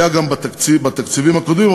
זה היה גם בתקציבים הקודמים,